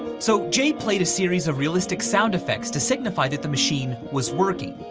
so jay played a series of realistic sound effects to signify that the machine was working.